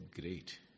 great